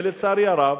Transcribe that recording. ולצערי הרב,